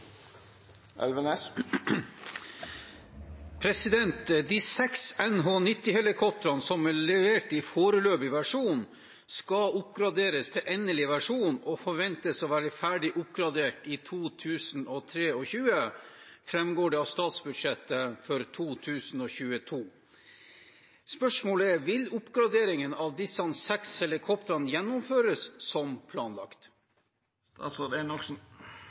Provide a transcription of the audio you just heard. opp når de kommer tilbake til Afghanistan. «De seks NH90-helikoptrene som er levert i foreløpig versjon, skal oppgraderes til endelig versjon og forventes å være ferdig oppgradert i 2023, jf. Prop. 1 S fra Forsvarsdepartementet. Vil oppgraderingen av disse seks helikoptrene gjennomføres som